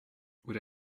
would